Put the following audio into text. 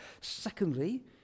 Secondly